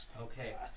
Okay